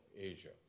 Asia